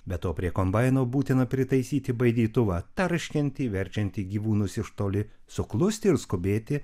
be to prie kombaino būtina pritaisyti baidytuvą tarškantį verčianti gyvūnus iš toli suklusti ir skubėti